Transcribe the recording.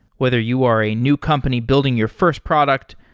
whether you are a new company building your first product,